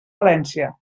valència